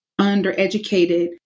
undereducated